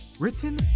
Written